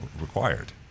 required